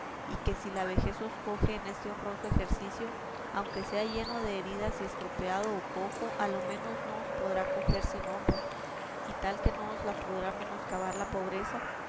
y que si la vejez os coge en este honroso ejercicio aunque sea lleno de heridas y estropeado o cojo a lo menos no os podrá coger sin honra y tal que no os la podrá menoscabar la pobreza